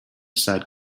aside